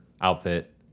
outfit